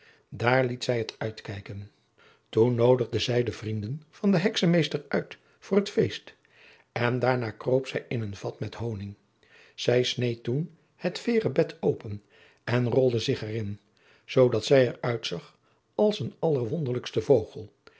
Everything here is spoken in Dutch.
daar liet zij het uitkijken toen noodigde zij de vrienden van den heksenmeester uit voor het feest en daarna kroop zij in een vat met honing zij sneed toen het veêren bed open en rolde zich er in zoodat zij er uitzag als een allerwonderlijkste vogel